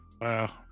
Wow